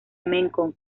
mekong